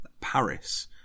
Paris